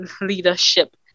leadership